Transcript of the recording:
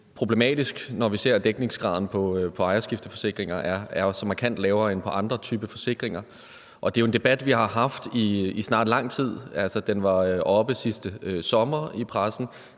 problematisk, når vi ser, at dækningsgraden på ejerskifteforsikringer er så markant lavere end på andre typer forsikringer, og det er jo en debat, vi har haft i snart lang tid. Den var oppe i pressen